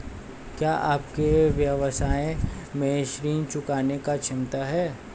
क्या आपके व्यवसाय में ऋण चुकाने की क्षमता है?